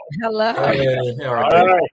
Hello